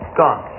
gone